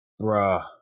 Bruh